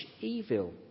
evil